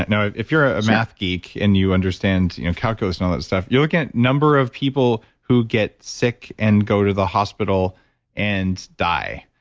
now, if you're a math geek and you understand you know calculus and all that stuff, you look at number of people who get sick and go to the hospital and die,